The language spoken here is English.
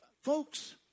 folks